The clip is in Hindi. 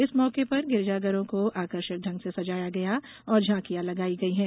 इस मौके पर गिरजाघरों को आकर्षक ढंग से सजाया गया और झांकियां लगाई गई हैं